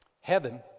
heaven